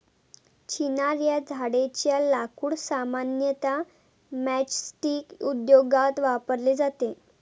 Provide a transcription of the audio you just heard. चिनार या झाडेच्या लाकूड सामान्यतः मैचस्टीक उद्योगात वापरले जाते